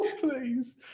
Please